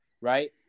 Right